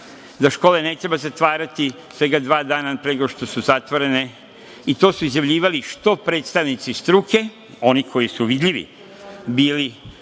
Da škole ne treba zatvarati svega dva dana nego što su zatvorene i to su izjavljivali predstavnici struke, oni koji su vidljivi bili